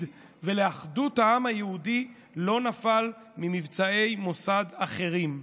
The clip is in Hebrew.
ולאחדות העם היהודי לא נפלה ממבצעי מוסד אחרים.